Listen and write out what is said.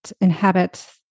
inhabit